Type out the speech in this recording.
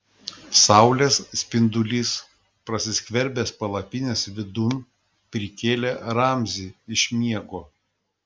saulės spindulys prasiskverbęs palapinės vidun prikėlė ramzį iš miego